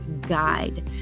Guide